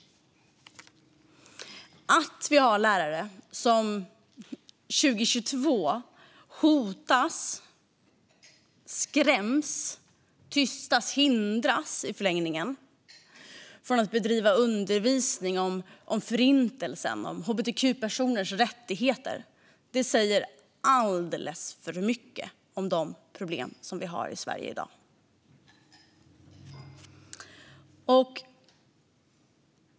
Att vi har lärare som 2022 hotas, skräms, tystas och i förlängningen hindras från att bedriva undervisning om Förintelsen och om hbtq-personers rättigheter säger alldeles för mycket om de problem som vi har i Sverige i dag.